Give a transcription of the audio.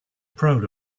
proud